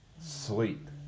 sleep